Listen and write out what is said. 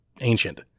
ancient